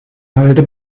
halde